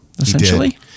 Essentially